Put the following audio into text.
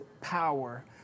power